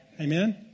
Amen